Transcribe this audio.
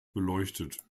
beleuchtet